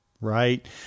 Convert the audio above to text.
right